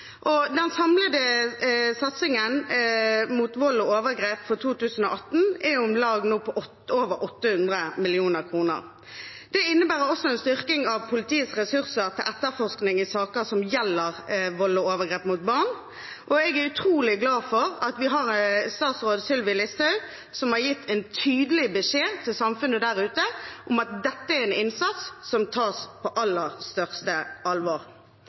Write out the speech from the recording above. og den samlede satsingen mot vold og overgrep for 2018 er nå på over 800 mill. kr. Det innebærer også en styrking av politiets ressurser til etterforskning i saker som gjelder vold og overgrep mot barn, og jeg er utrolig glad for at vi har statsråd Sylvi Listhaug, som har gitt en tydelig beskjed til samfunnet der ute om at dette er en innsats som tas på aller største alvor.